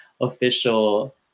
official